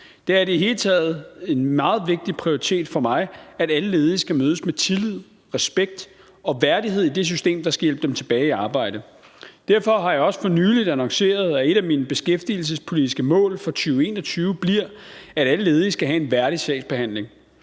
Det er i det hele taget en meget vigtig prioritet for mig, at alle ledige skal mødes med tillid, respekt og værdighed i det system, der skal hjælpe dem tilbage i arbejde. Derfor har jeg også for nylig annonceret, at et af mine beskæftigelsespolitiske mål for 2021 bliver, at alle ledige skal have en værdig sagsbehandling.